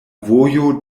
vojo